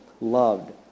loved